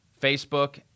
Facebook